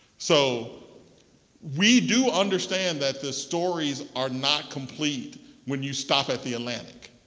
so we do understand that the stories are not complete when you stop at the atlantic.